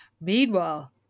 Meanwhile